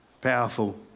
powerful